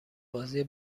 بازی